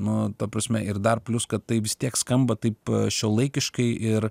nu ta prasme ir dar plius kad tai vis tiek skamba taip šiuolaikiškai ir